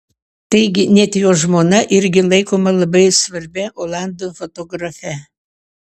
taigi net jo žmona irgi laikoma labai svarbia olandų fotografe